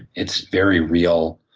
it's very real.